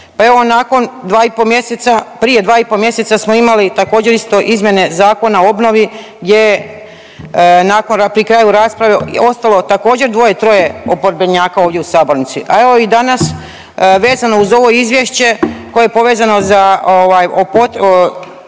Pa evo nakon 2 i po mjeseca, prije 2 i po mjeseca smo imali također isto izmjene Zakona o obnovi gdje je pri kraju rasprave ostalo također dvoje-troje oporbenjaka ovdje u sabornici. A evo i danas vezano uz ovo izvješće koje je povezano uz